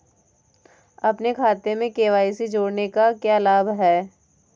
अपने खाते में के.वाई.सी जोड़ने का क्या लाभ है?